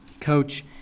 coach